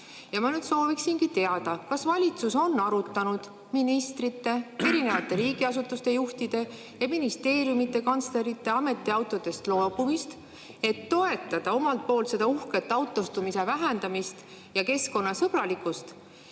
maksumaksja. Ma sooviksingi teada, kas valitsus on arutanud ministrite, riigiasutuste juhtide ja ministeeriumide kantslerite ametiautodest loobumist, et toetada omalt poolt seda uhket autostumise vähendamise [eesmärki] ja keskkonnasõbralikkust,